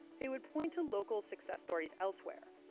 they would point to local success stories elsewhere.